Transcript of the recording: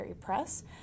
Press